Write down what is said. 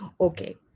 Okay